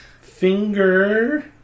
Finger